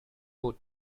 put